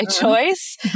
choice